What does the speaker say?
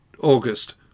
August